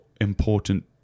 important